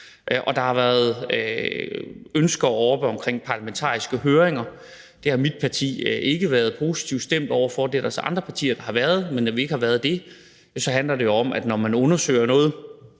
blevet udtrykt ønske om at få indført parlamentariske høringer. Det har mit parti ikke være positivt stemt over for – det er der så andre partier der har været – og når vi ikke har været det, handler det jo om, at når man undersøger noget